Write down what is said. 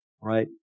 Right